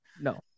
No